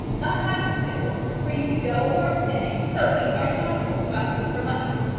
not half a sou for you to go or stay. sophie, are you not a fool to ask me for money?